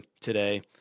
today